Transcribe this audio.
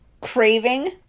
craving